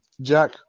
Jack